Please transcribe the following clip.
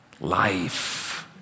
life